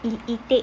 i~ itik